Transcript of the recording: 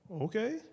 Okay